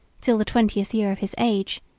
till the twentieth year of his age,